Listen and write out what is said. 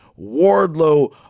Wardlow